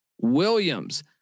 Williams